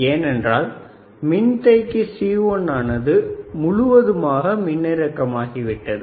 ஏனென்றால் மின்தேக்கி C1 ஆனது முழுவதுமாக மின்னிறக்கம் ஆகிவிட்டது